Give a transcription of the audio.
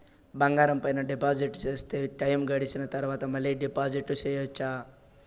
బంగారం పైన డిపాజిట్లు సేస్తే, టైము గడిసిన తరవాత, మళ్ళీ డిపాజిట్లు సెయొచ్చా?